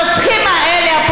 הרוצחים האלה,